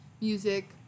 music